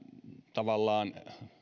tavallaan